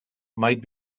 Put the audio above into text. might